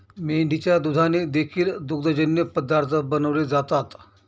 मेंढीच्या दुधाने देखील दुग्धजन्य पदार्थ बनवले जातात